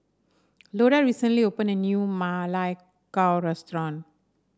Loda recently opened a new Ma Lai Gao restaurant